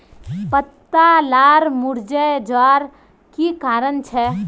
पत्ता लार मुरझे जवार की कारण छे?